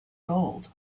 gold